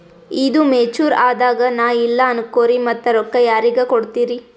ಈದು ಮೆಚುರ್ ಅದಾಗ ನಾ ಇಲ್ಲ ಅನಕೊರಿ ಮತ್ತ ರೊಕ್ಕ ಯಾರಿಗ ಕೊಡತಿರಿ?